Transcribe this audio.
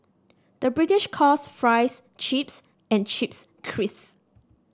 the British calls fries chips and chips crisps